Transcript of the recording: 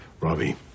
Robbie